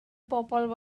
bobl